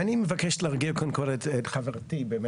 אני מבקש להרגיע קודם כל את חברתי, היא